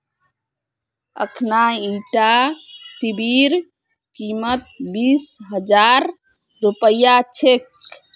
अखना ईटा टीवीर कीमत बीस हजार रुपया छेक